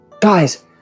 guys